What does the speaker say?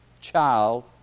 child